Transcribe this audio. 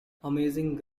amazing